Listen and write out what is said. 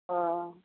अह